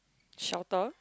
shelter